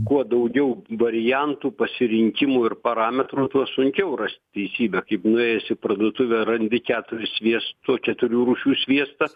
kuo daugiau variantų pasirinkimų ir parametrų tuo sunkiau rast teisybę kaip nuėjus į parduotuvę randi keturis sviesto keturių rūšių sviestas